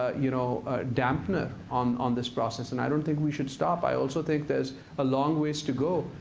ah you know dampener on on this process. and i don't think we should stop. i also think there's a long ways to go,